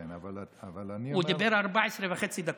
כן, אבל אני אומר, הוא דיבר 14.5 דקות.